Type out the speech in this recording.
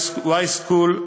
yschool,